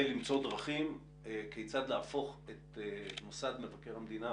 דרכים כיצד להפוך את מוסד מבקר המדינה